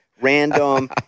random